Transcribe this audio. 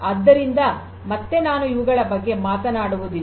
ಆದ್ದರಿಂದ ಮತ್ತೆ ನಾನು ಇವುಗಳ ಬಗ್ಗೆ ಮಾತನಾಡುವುದಿಲ್ಲ